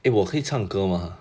eh 我可以唱歌吗 !huh!